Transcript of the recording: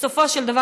בסופו של דבר,